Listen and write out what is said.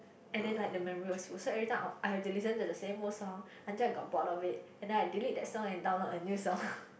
and then like the memory was so sad every time I I have to listen to the same old song until I got bored up with and then I deleted the song and downloaded a new song